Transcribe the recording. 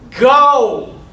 Go